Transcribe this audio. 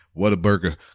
Whataburger